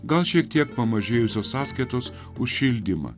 gal šiek tiek pamažėjusios sąskaitos už šildymą